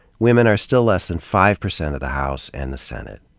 women are still less than five percent of the house and the senate.